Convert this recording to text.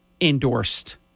endorsed